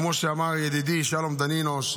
כמו שאמר ידידי שלום דנינו,